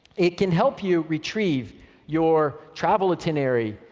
it can help you retrieve your travel itinerary,